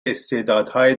استعدادهای